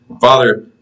Father